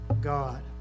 God